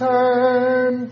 Turn